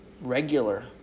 regular